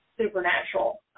supernatural